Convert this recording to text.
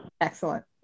Excellent